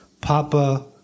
Papa